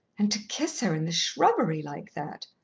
and to kiss her in the shrubbery like that!